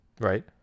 Right